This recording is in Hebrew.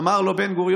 אמר לו בן-גוריון: